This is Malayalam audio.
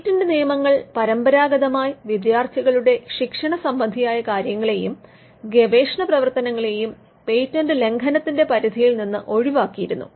പേറ്റന്റ് നിയമങ്ങൾ പരമ്പരാഗതമായി വിദ്യാർത്ഥികളുടെ ശിക്ഷണ സംബന്ധിയായ കാര്യങ്ങെളെയും ഗവേഷണ പ്രവർത്തനങ്ങെളെയും പേറ്റന്റ് ലംഘനത്തിന്റെ പരിധിയിൽ നിന്ന് ഒഴിവാക്കിയിരുന്നു